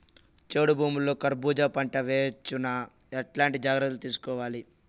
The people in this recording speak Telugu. చౌడు భూముల్లో కర్బూజ పంట వేయవచ్చు నా? ఎట్లాంటి జాగ్రత్తలు తీసుకోవాలి?